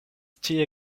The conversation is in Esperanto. tie